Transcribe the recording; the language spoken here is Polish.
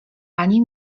ani